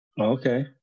okay